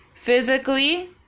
physically